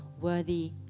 worthy